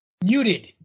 Muted